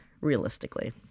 Realistically